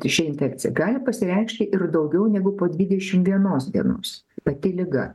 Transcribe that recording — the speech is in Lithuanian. ši infekcija gali pasireikšti ir daugiau negu po dvidešimt vienos dienos pati liga